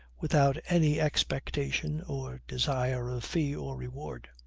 without any expectation or desire of fee or reward.